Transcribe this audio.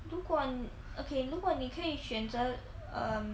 不管 okay 如果你可以选择 um